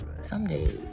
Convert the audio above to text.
someday